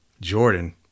Jordan